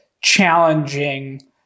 challenging